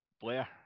Blair